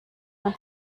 man